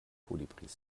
kolibris